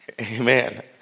Amen